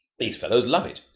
these fellows love it.